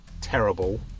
terrible